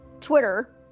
Twitter